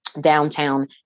downtown